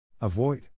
Avoid